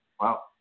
Wow